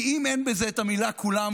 כי אם אין בזה את המילה "כולם",